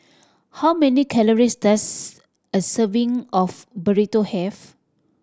how many calories does a serving of Burrito have